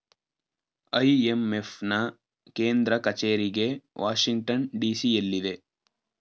IMF ನಾ ಕೇಂದ್ರ ಕಚೇರಿಗೆ ವಾಷಿಂಗ್ಟನ್ ಡಿ.ಸಿ ಎಲ್ಲಿದೆ